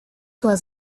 was